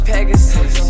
Pegasus